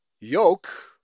yoke